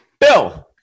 Bill